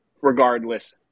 regardless